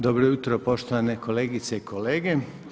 Dobro jutro poštovane kolegice i kolege.